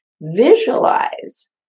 Visualize